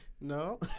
No